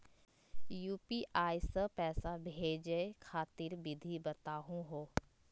UPI स पैसा भेजै खातिर विधि बताहु हो?